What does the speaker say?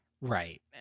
Right